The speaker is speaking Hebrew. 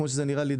כמו שזה נראה לי,